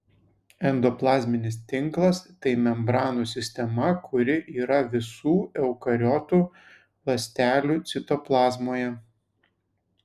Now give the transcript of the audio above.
endoplazminis tinklas tai membranų sistema kuri yra visų eukariotų ląstelių citoplazmoje